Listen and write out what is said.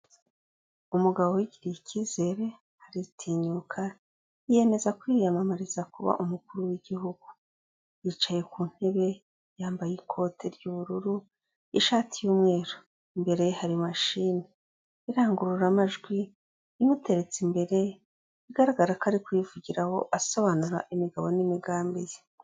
Umugabo wigiriye icyizere, aratinyuka yiyemeza kwiyamamariza kuba umukuru w'igihugu. Yicaye ku ntebe yambaye ikote ry'ubururu, ishati y'umweru, imbere hari mashini n'irangururamajwi, imuteretse imbere bigaragara ko ari kuyivugiraho asobanura imigabo n'imigambi ye.